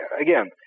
again